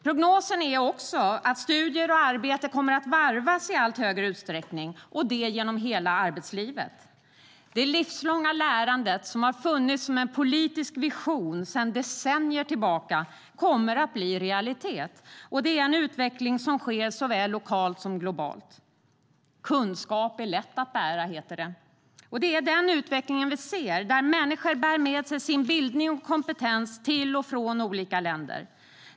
Prognosen är att studier och arbete kommer att varvas i allt högre utsträckning genom hela arbetslivet. Det livslånga lärandet, som har funnits som politisk vision sedan decennier tillbaka, kommer att bli realitet, och det är en utveckling som sker såväl lokalt som globalt. Kunskap är lätt att bära, heter det, och den utveckling vi ser är att människor bär med sig sin bildning och kompetens till och från olika länder.